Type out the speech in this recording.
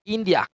India